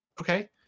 Okay